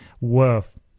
Worth